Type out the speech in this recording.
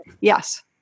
Yes